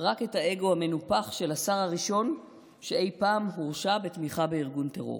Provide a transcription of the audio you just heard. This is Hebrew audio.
רק את האגו המנופח של השר הראשון שאי פעם הורשע בתמיכה בארגון טרור.